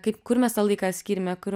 kaip kur mes tą laiką skiriame kur